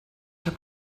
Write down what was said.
habe